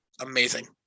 amazing